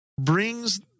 brings